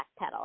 backpedal